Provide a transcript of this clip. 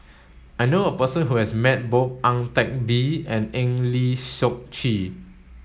I knew a person who has met both Ang Teck Bee and Eng Lee Seok Chee